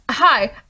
Hi